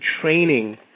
training